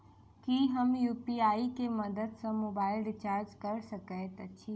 की हम यु.पी.आई केँ मदद सँ मोबाइल रीचार्ज कऽ सकैत छी?